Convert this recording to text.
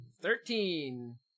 Thirteen